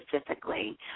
specifically